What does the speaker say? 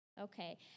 Okay